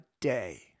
day